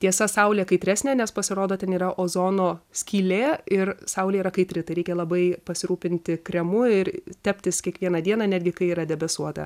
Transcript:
tiesa saulė kaitresnė nes pasirodo ten yra ozono skylė ir saulė yra kaitri tą reikia labai pasirūpinti kremu ir teptis kiekvieną dieną netgi kai yra debesuota